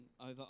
over